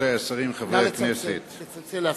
רבותי השרים, חברי הכנסת, נא לצלצל.